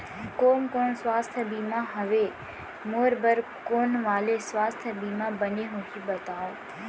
कोन कोन स्वास्थ्य बीमा हवे, मोर बर कोन वाले स्वास्थ बीमा बने होही बताव?